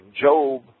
Job